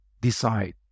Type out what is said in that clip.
decide